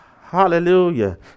Hallelujah